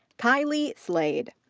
kylee slade.